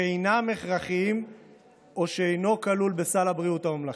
שאינו הכרחי או שאינו כלול בסל הבריאות הממלכתי.